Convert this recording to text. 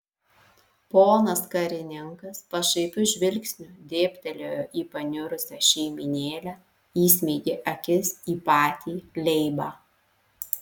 ponas karininkas pašaipiu žvilgsniu dėbtelėjo į paniurusią šeimynėlę įsmeigė akis į patį leibą